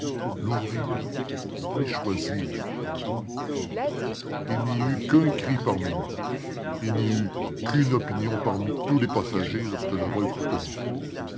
l'ouvrir et choisir il n'y eut qu'un cri parmi nous il n'y eut qu'une opinion parmi tous les passagers lorsque le vol fut connu